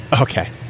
Okay